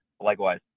likewise